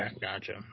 gotcha